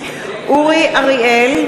אורי אריאל.